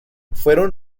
fueron